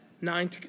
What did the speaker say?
nine